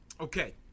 Okay